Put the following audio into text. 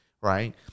Right